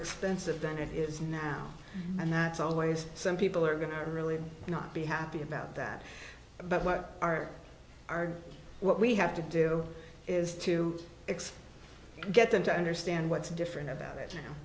expensive than it is now and that's always some people are going to really not be happy about that but what are are what we have to do is to x get them to understand what's different about it